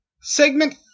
Segment